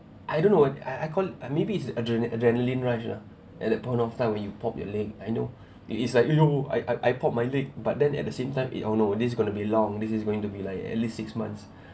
I don't know I I call or maybe it's adre~ adrenalin rush lah at that point of time when you pop your leg I know it's like !aiyo! I I pop my leg but then at the same time it oh no this is going to be long this is going to be like at least six months